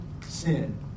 sin